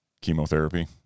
chemotherapy